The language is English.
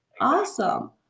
Awesome